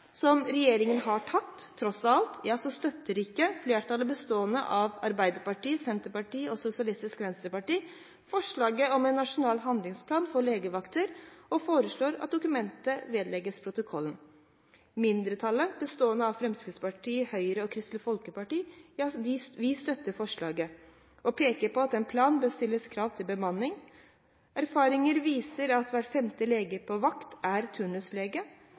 som regjeringen har tatt – tross alt – støtter ikke flertallet, bestående av Arbeiderpartiet, Senterpartiet og SV, forslaget om en nasjonal handlingsplan for legevakter og foreslår at dokumentet vedlegges protokollen. Mindretallet, bestående av Fremskrittspartiet, Høyre og Kristelig Folkeparti, støtter forslaget og peker på at en plan bør stille krav til bemanning. Erfaringer viser at hver femte lege på vakt er turnuslege,